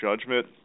judgment